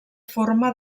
forma